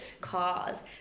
cars